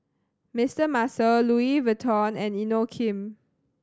Mister Muscle Louis Vuitton and Inokim